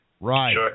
Right